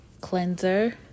Cleanser